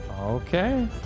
okay